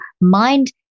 mind